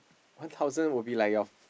one thousand would be like your